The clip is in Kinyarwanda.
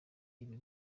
ibigwi